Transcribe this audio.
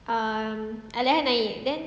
um I let her naik then